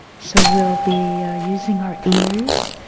so we'll be using our ears